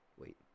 wait